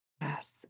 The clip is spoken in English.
Yes